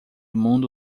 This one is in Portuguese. mundo